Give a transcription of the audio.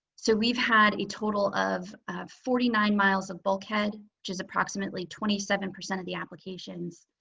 so we've had a total of forty nine miles of bulkhead, which is approximately twenty seven percent of the applications,